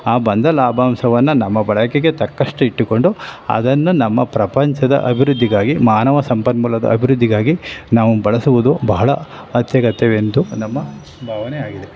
ಆ ಬಂದ ಲಾಭಾಂಶವನ್ನ ನಮ್ಮ ಬಳಕೆಗೆ ತಕ್ಕಷ್ಟೆ ಇಟ್ಟುಕೊಂಡು ಅದನ್ನು ನಮ್ಮ ಪ್ರಪಂಚದ ಅಭಿವೃದ್ಧಿಗಾಗಿ ಮಾನವ ಸಂಪನ್ಮೂಲದ ಅಭಿವೃದ್ಧಿಗಾಗಿ ನಾವು ಬಳಸುವುದು ಬಹಳ ಅತ್ಯಗತ್ಯವೆಂದು ನಮ್ಮ ಭಾವನೆಯಾಗಿದೆ